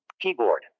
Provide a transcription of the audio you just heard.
Keyboard